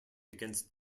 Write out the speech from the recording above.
against